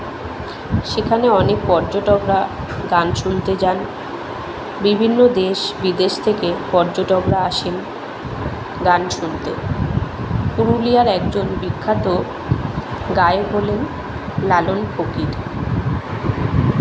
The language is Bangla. সেখানে অনেক পর্যটকরা গান শুনতে যান বিভিন্ন দেশ বিদেশ থেকে পর্যটকরা আসেন গান শুনতে পুরুলিয়ার একজন বিখ্যাত গায়ক হলেন লালন ফকির